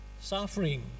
suffering